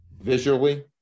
visually